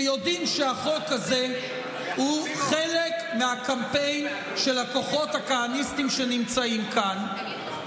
שיודעים שהחוק הזה הוא חלק מהקמפיין של הכוחות הכהניסטיים שנמצאים כאן,